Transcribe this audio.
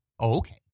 Okay